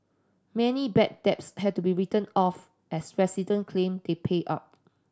many bad debts had to be written off as resident claim they paid up